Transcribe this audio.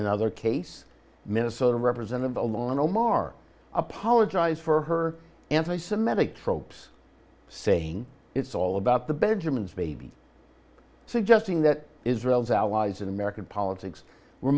another case minnesota represented the lawn omar apologize for her anti semitic tropes saying it's all about the benjamins baby suggesting that israel's allies in american politics were